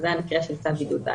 זה המקרה של צו בידוד בית,